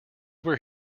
where